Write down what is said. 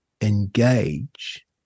engage